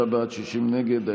53 בעד, 60 נגד.